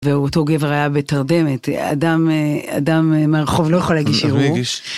ואותו גבר היה בתרדמת, אדם מהרחוב לא יכול להגיש ערעור.